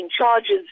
charges